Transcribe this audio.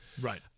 Right